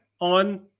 on